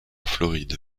floride